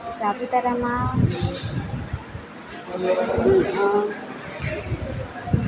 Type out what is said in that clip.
સાપુતારામાં